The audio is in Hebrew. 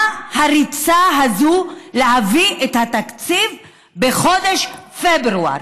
מה הריצה הזו להביא את התקציב בחודש פברואר?